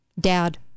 dad